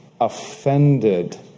offended